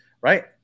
right